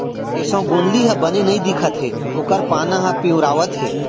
एसों गोंदली ह बने नइ दिखत हे ओकर पाना ह पिंवरावत हे